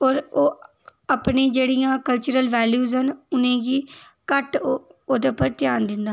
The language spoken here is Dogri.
होर ओह् अपनी जेह्ड़ियां कल्चरल वैल्यूज न उ'नें ई घट्ट ओह् ओह्दे उप्पर ध्यान दिंदा